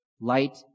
light